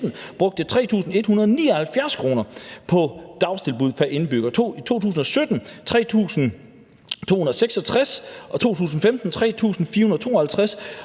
brugte man 3.179 kr. på dagtilbud pr. indbygger, i 2017 3.266 kr., i 2015 3.452 kr.